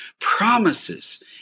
promises